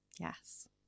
Yes